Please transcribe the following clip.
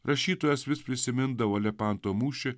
rašytojas vis prisimindavo elepanto mūšį